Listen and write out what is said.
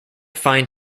find